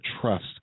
trust